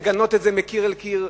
לגנות את זה מקיר לקיר,